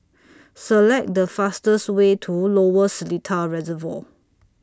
Select The fastest Way to Lower Seletar Reservoir